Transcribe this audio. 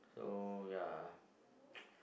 so yeah